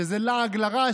שזה לעג לרש,